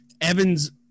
Evans